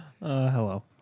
Hello